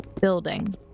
building